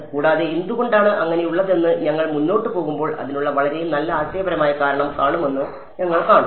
കൂടാതെ എന്തുകൊണ്ടാണ് അങ്ങനെയുള്ളതെന്ന് ഞങ്ങൾ മുന്നോട്ട് പോകുമ്പോൾ അതിനുള്ള വളരെ നല്ല ആശയപരമായ കാരണം കാണുമെന്ന് ഞങ്ങൾ കാണും